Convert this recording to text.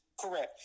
Correct